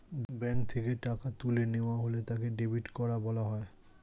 bank থেকে টাকা তুলে নেওয়া হলে তাকে ডেবিট করা বলা হয়